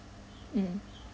mm